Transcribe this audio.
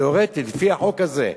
תיאורטית, לפי החוק הזה.